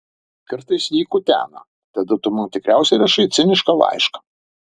kartais jį kutena tada tu man tikriausiai rašai cinišką laišką